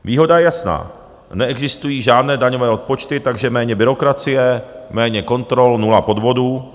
Výhoda je jasná, neexistují žádné daňové odpočty, takže méně byrokracie, méně kontrol, nula podvodů.